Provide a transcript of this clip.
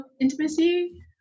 intimacy